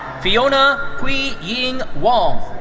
fiona pui-ying wong.